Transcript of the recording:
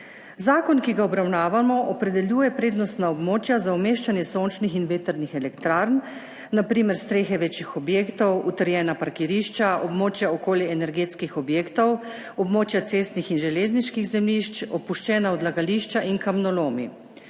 Zakon, ki ga obravnavamo, opredeljuje prednostna območja za umeščanje sončnih in vetrnih elektrarn, na primer strehe večjih objektov, utrjena parkirišča, območja okoli energetskih objektov, območja cestnih in železniških zemljišč, opuščena odlagališča in kamnolomi.